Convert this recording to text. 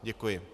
Děkuji.